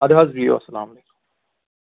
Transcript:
اَدٕ حظ بِہِو اَسَلامُ علیکُم